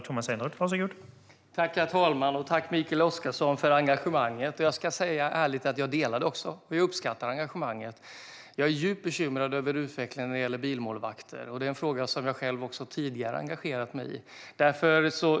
Herr talman! Tack, Mikael Oscarsson, för engagemanget! Jag kan helt ärligt säga att jag delar engagemanget, och jag uppskattar det. Jag är djupt bekymrad över utvecklingen vad gäller bilmålvakter, och det är en fråga som jag själv också tidigare engagerat mig i.